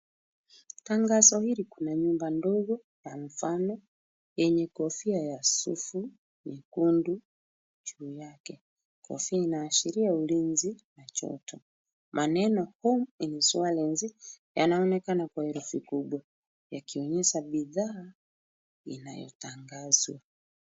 Tangazo hili kuna nyumba ndogo ya mfano yenye kofia ya sufu nyekundu juu yake, kofia inaashiria ulinzi na joto maneno home insurance yanaonekana kwa herufi kubwa yakionyesha bidhaa inayotangazwa.